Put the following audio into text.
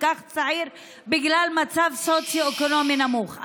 כך צעיר בגלל מצב סוציו-אקונומי נמוך.